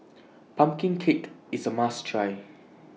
Pumpkin Cake IS A must Try